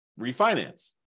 refinance